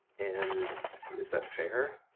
and is that fair?